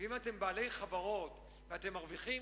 אם אתם בעלי חברות ואתם מרוויחים,